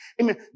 Amen